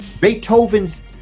Beethoven's